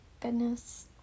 Goodness